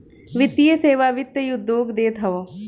वित्तीय सेवा वित्त उद्योग देत हअ